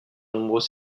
nombreux